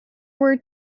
were